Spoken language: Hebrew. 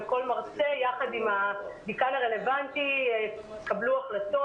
וכל מרצה יחד עם הדיקן הרלוונטי יקבלו החלטות.